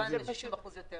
90 אחוזים יותר